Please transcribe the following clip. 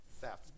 Theft